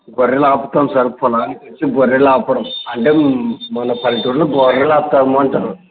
గొర్రెలు ఆపుతాము సార్ పొలానికి వచ్చి గొర్రెలు ఆపటం అంటే మన పల్లెటూరులో గొర్రెలు ఆపుతాం అంటారు